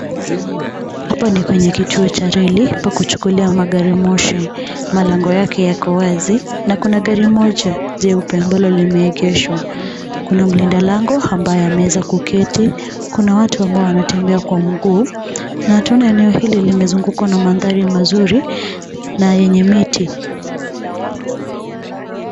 Hapa ni kwenye kituo cha reli pa kuchukulia magari moshi malango yake yako wazi na kuna gari moja jeupe ambalo limeegeshwa. Kuna mlinda lango ambaye ameweza kuketi, kuna watu ambao wanatembea kwa mguu na twaona eneo hili limezungukwa na mandhari mazuri na yenye miti.